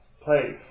place